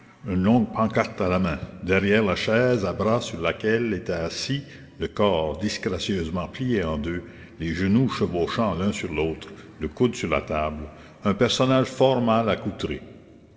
une longue pancarte à la main derrière la chaise à bras sur laquelle était assis le corps disgracieusement plié en deux les genoux chevauchant l'un sur l'autre le coude sur la table un personnage fort mal